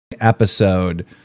episode